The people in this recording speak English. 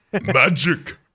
Magic